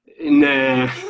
Nah